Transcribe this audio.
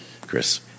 Chris